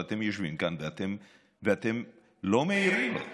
אבל אתם יושבים כאן ואתם לא מעירים לו.